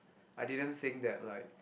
I didn't think that like